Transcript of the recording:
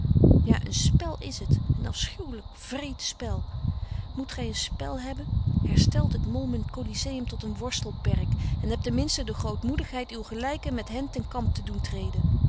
ja een spel is het een afschuwelijk wreed spel moet gij een spel hebben herstelt het molmend coliséum tot een worstelperk en hebt ten minste de grootmoedigheid uw gelijken met hen ten kamp te doen treden